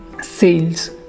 sales